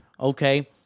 Okay